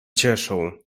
cieszą